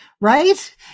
right